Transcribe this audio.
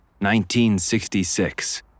1966